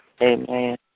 Amen